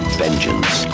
vengeance